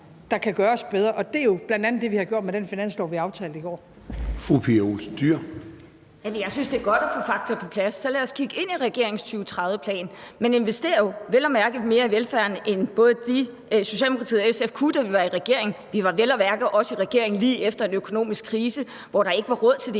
der kan gøres bedre. Og det er jo bl.a. det, vi har gjort med den finanslov, vi aftalte i går. Kl. 13:09 Formanden (Søren Gade): Fru Pia Olsen Dyhr. Kl. 13:09 Pia Olsen Dyhr (SF): Jeg synes, det er godt at få fakta på plads. Så lad os kigge ind i regeringens 2030-plan. Man investerer jo vel at mærke mere i velfærden, end både Socialdemokratiet og SF kunne, da vi var i regering. Og vi var vel at mærke også i regering lige efter en økonomisk krise, hvor der ikke var råd til det